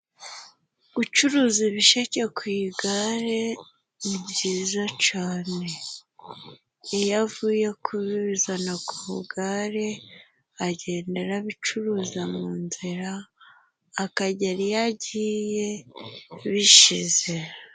Gucuruza ibisheke ku igare ni byiza cyane. Iyo avuye kubizana ku igare agenda abicuruza mu nzira, akagera iyo agiye bishize.